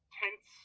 tense